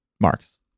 marks